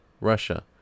Russia